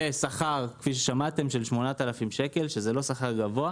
ושכר כפי ששמעתם של 8,000 שקל, שזה לא שכר גבוה,